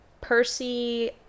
Percy